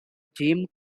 gym